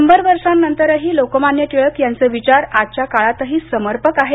शंभर वर्षानंतरही लोकमान्य टिळक यांचे विचार आजच्या काळातही समर्पक आहेत